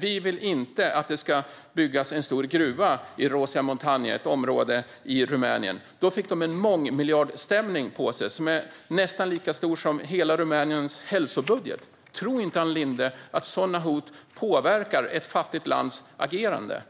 Vi vill inte att det ska byggas en stor gruva i Rosia Montana, ett område i Rumänien, fick det en mångmiljardstämning på sig som är nästan lika stor som hela Rumäniens hälsobudget. Tror inte Ann Linde att sådana hot påverkar ett fattigt lands agerande?